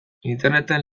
interneten